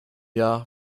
jahr